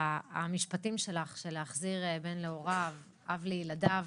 המשפטים שלך, של להחזיר בן להוריו, אב לילדיו